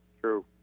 True